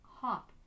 hop